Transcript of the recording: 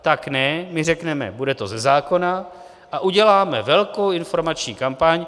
Tak ne, my řekneme, bude to ze zákona a uděláme velkou informační kampaň.